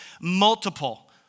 multiple